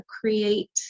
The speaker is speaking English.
create